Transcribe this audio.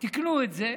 תיקנו את זה.